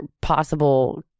possible